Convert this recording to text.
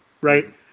right